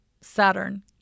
Saturn